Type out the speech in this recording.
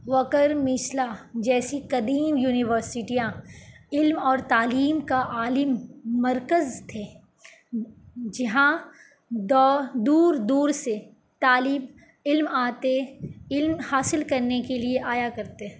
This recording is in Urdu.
وکر مسلا جیسی قدیم یونیورسٹیاں علم اور تعلیم کا عالم مرکز تھے جہاں دا دور دور سے طالب علم آتے علم حاصل کرنے کے لیے آیا کرتے